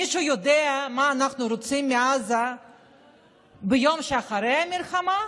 מישהו יודע מה אנחנו רוצים מעזה ביום שאחרי המלחמה?